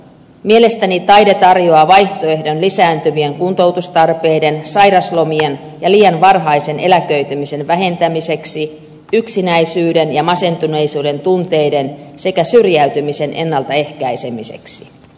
mielestäni taide tarjoaa vaihtoehdon lisääntyvien kuntoutustarpeiden sairauslomien ja liian varhaisen eläköitymisen vähentämiseksi yksinäisyyden ja masentuneisuuden tunteiden sekä syrjäytymisen ennaltaehkäisemiseksi